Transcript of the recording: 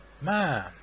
Man